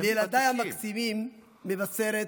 ולילדיי המקסימים מבשרת,